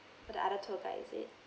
oh the other tour guide is it